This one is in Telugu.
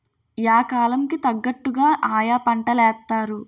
యా కాలం కి తగ్గట్టుగా ఆయా పంటలేత్తారు